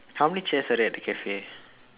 how many chairs are there at the cafe